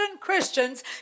Christians